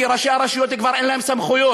כי ראשי הרשויות כבר אין להם סמכויות.